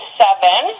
seven